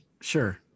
Sure